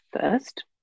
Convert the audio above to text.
first